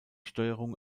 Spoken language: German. steuerung